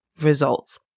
results